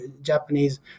Japanese